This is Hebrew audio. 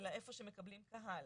אלא איפה שמקבלים קהל